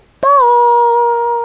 Bye